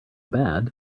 bad